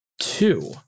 Two